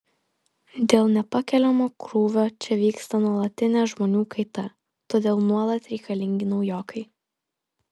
dėl nepakeliamo krūvio čia vyksta nuolatinė žmonių kaita todėl nuolat reikalingi naujokai